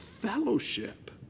fellowship